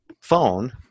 phone